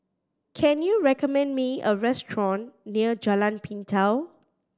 can you recommend me a restaurant near Jalan Pintau